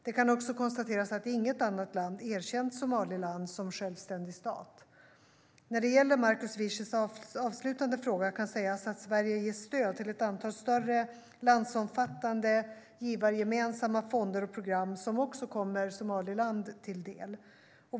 Det kan också konstateras att inget annat land erkänt Somaliland som självständig stat. När det gäller Markus Wiechels avslutande fråga kan sägas att Sverige ger stöd till ett antal större landsomfattande, givargemensamma fonder och program som även kommer Somaliland till del.